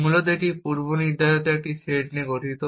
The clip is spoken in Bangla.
মূলত এটি পূর্বনির্ধারিত একটি সেট নিয়ে গঠিত